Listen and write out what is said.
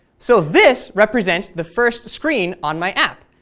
so this represents the first screen on my app.